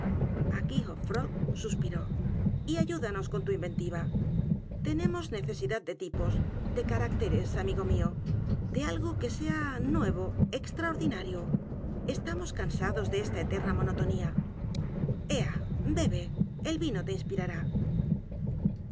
g suspiró y ayúdanos con tu inventiva tenemos necesidad de tipos de caracteres amigo mío de algo que sea nuevo y extraordinario estamos cansados de esta eterna monotonía ea bebe el vino te inspirará